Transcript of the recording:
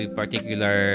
particular